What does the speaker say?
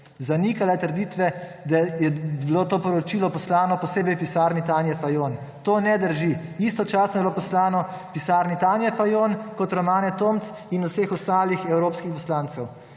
Zanikala je trditve, da je bilo to poročilo poslano posebej pisarni Tanje Fajon. To ne drži. Istočasno je bilo poslano pisarni Tanje Fajon in Romane Tomc in vseh ostalih evropskih poslancev,